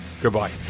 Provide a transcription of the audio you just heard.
goodbye